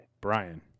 Brian